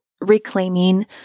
Reclaiming